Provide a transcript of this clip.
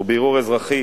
ובערעור אזרחי